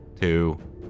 two